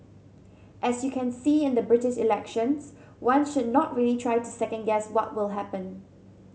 as you can see in the British elections one should not really try to second guess what will happen